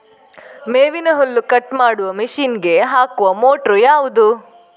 ಮೇವಿನ ಹುಲ್ಲು ಕಟ್ ಮಾಡುವ ಮಷೀನ್ ಗೆ ಹಾಕುವ ಮೋಟ್ರು ಯಾವುದು?